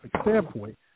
standpoint